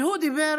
והוא דיבר